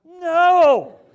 No